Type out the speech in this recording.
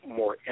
more